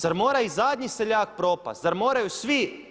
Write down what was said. Zar mora i zadnji seljak propasti, zar moraju svi?